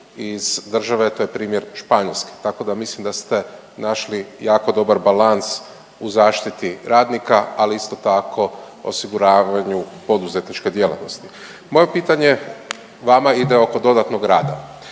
iz države, a to je primjer Španjolske, tako da mislim da ste našli jako dobar balans u zaštiti radnika, ali isto tako osiguravanju poduzetničke djelatnosti. Moje pitanje vama ide oko dodatnog rada,